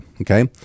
Okay